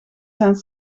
zijn